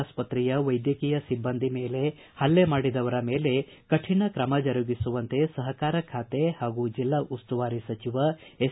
ಆಸ್ಪತ್ತೆಯ ವೈದ್ಯಕೀಯ ಸಿಬ್ಬಂದಿ ಮೇಲೆ ಹಲ್ಲೆ ಮಾಡಿದವರ ಮೇಲೆ ಕಠಿಣ ಕ್ರಮ ಜರುಗಿಸುವಂತೆ ಸಹಕಾರ ಖಾತೆ ಹಾಗೂ ಜಿಲ್ಲಾ ಉಸ್ತುವಾರಿ ಸಚಿವ ಎಸ್